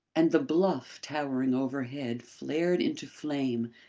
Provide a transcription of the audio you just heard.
and the bluff towering overhead, flared into flame,